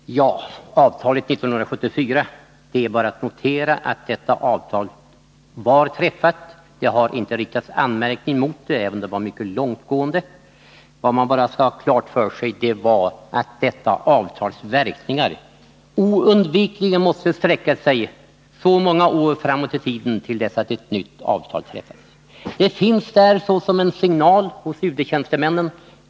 Fru talman! Beträffande avtalet 1974 är bara att notera att detta avtal var träffat. Det har inte riktats anmärkning mot det, även om det var mycket långtgående. Vad man skall ha klart för sig är att detta avtals verkningar oundvikligen måste sträcka sig så många år framåt i tiden som till dess att ett nytt avtal träffats. Det finns där såsom en signal hos UD-tjänstemännen.